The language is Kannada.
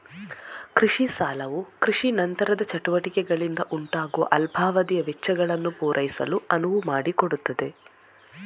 ಕೃಷಿ ಸಾಲವು ಕೃಷಿ ನಂತರದ ಚಟುವಟಿಕೆಗಳಿಂದ ಉಂಟಾಗುವ ಅಲ್ಪಾವಧಿಯ ವೆಚ್ಚಗಳನ್ನು ಪೂರೈಸಲು ಅನುವು ಮಾಡಿಕೊಡುತ್ತದೆ